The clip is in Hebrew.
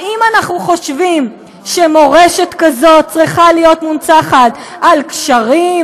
האם אנחנו חושבים שמורשת כזאת צריכה להיות מונצחת על גשרים,